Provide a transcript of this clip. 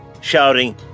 shouting